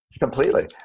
Completely